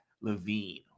Levine